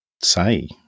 say